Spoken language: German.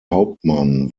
hauptmann